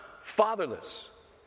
fatherless